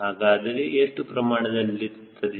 ಹಾಗಾದರೆ ಎಷ್ಟು ಪ್ರಮಾಣದಲ್ಲಿ ತ್ತದೆ